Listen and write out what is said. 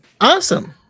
awesome